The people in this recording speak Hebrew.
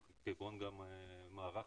כגון מערך